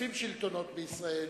מתחלפים שלטונות בישראל,